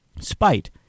spite